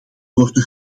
worden